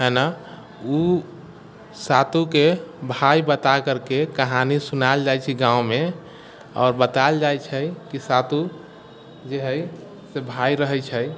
हइ ने ओ सातोके भाय बता करके कहानी सुनायल जाइत छै गाँवमे आओर बतायल जे छै कि सातो जे हइ से भाय रहैत छै